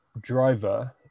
driver